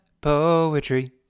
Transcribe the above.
poetry